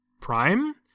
Prime